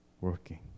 working